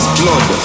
blood